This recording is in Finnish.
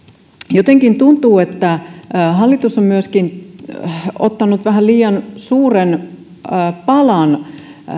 jotenkin tuntuu että hallitus on myöskin ottanut vähän liian suuren palan